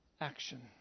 action